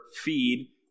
feed